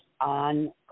on